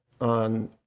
on